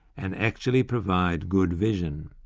and actually provide good vision.